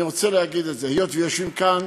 אני רוצה להגיד את זה, היות שיושבים כאן